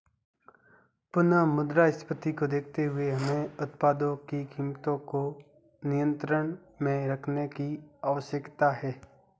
पुनः मुद्रास्फीति को देखते हुए हमें उत्पादों की कीमतों को नियंत्रण में रखने की आवश्यकता है